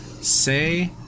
say